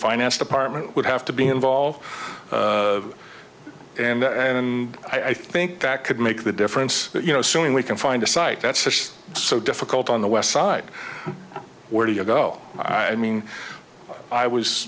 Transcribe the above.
finance department would have to be involved and and i think that could make the difference you know assuming we can find a site that's so difficult on the west side where do you go i mean i was